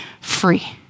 free